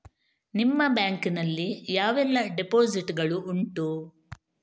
ನಿಮ್ಮ ಬ್ಯಾಂಕ್ ನಲ್ಲಿ ಯಾವೆಲ್ಲ ಡೆಪೋಸಿಟ್ ಗಳು ಉಂಟು?